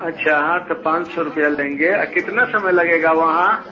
अच्छा हाँ तो पाँच सौ रुपया लेंगे आ कितना समय लगेगा वहाँ